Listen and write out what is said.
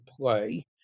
play